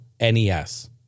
NES